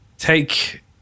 take